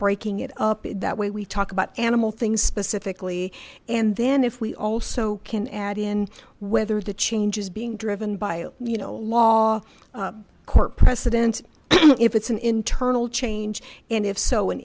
breaking it up in that way we talk about animal things specifically and then if we also can add in whether the change is being driven by you know law court precedents if it's an internal change and if so an